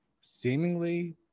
seemingly